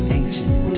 ancient